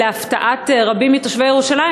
להפתעת רבים מתושבי ירושלים,